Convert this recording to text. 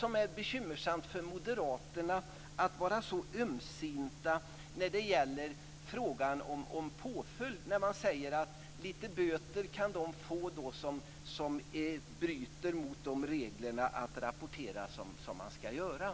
Och varför är moderaterna så ömsinta när det gäller frågan om påföljd? De säger ju att de som bryter mot reglerna att rapportera kan dömas till lite böter.